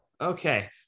Okay